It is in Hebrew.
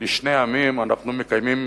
לשני עמים, אנחנו מקיימים